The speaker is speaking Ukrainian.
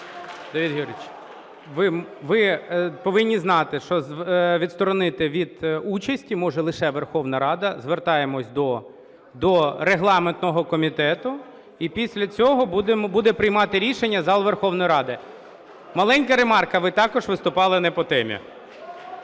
Давид Георгійович, ви повинні знати, що відсторонити від участі може лише Верховна Рада. Звертаємось до регламентного комітету і після цього буде приймати рішення зал Верховної Ради. Маленька ремарка. Ви також виступали не по темі.